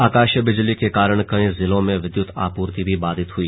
आकाशीय बिजली के कारण कई जिलों में विद्युत आपूर्ति भी बाधित हुई